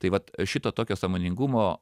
tai vat šito tokio sąmoningumo